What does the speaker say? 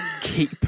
keep